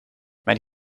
mijn